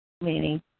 meaning